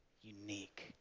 unique